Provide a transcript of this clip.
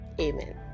Amen